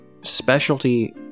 specialty